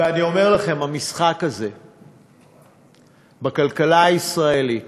ואני אומר לכם, המשחק הזה בכלכלה הישראלית